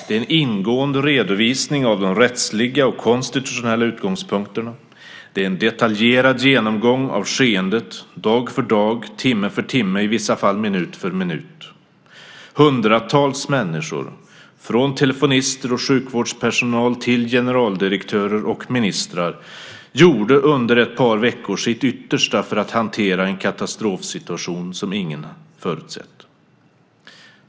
Det är en ingående redovisning av de rättsliga och konstitutionella utgångspunkterna. Det är en detaljerad genomgång av skeendet dag för dag, timme för timme och i vissa fall minut för minut. Hundratals människor, från telefonister och sjukvårdspersonal till generaldirektörer och ministrar, gjorde under ett par veckor sitt yttersta för att hantera en katastrofsituation som ingen förutsett.